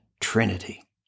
Trinity